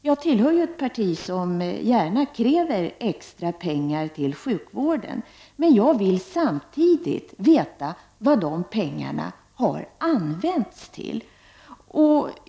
Jag tillhör ett parti som gärna kräver extra pengar till sjukvården, men jag vill samtidigt veta vad dessa pengar används till.